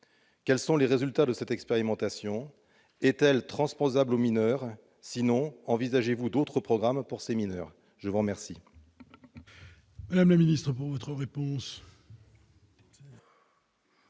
Quels sont les résultats de cette expérimentation ? Est-elle transposable aux mineurs ? Sinon, envisagez-vous d'autres programmes pour ces derniers ? La parole